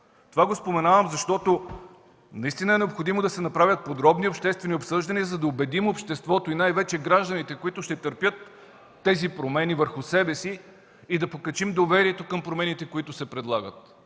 Това го споменавам, защото наистина е необходимо да се направят подробни обществени обсъждания, за да убедим обществото, и най-вече гражданите, които ще търпят тези промени върху себе си, и да покачим доверието към промените, които се предлагат.